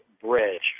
Bridge